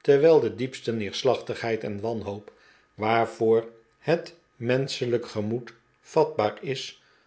terwijl de diepste neerslachtigheid en wanhoop waarvoor het menschelijk gemoed vatbaar is